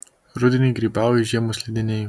rudenį grybauju žiemą slidinėju